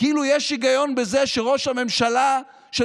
כאילו יש היגיון בזה שראש הממשלה של